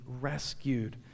rescued